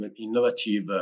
innovative